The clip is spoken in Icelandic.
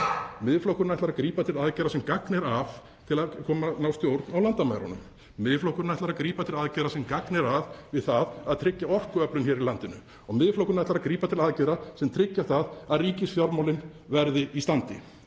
Miðflokkurinn ætlar að grípa til aðgerða sem gagn er að til að ná stjórn á landamærunum. Miðflokkurinn ætlar að grípa til aðgerða sem gagn er að við það að tryggja orkuöflun í landinu. Og Miðflokkurinn ætlar að grípa til aðgerða sem tryggja það að ríkisfjármálin verði í standi.